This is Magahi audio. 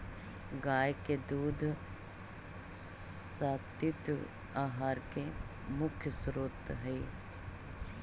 गाय के दूध सात्विक आहार के मुख्य स्रोत हई